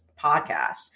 podcast